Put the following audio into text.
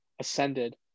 ascended